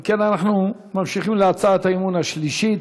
אם כן, אנחנו ממשיכים להצעת האי-אמון השלישית: